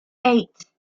eight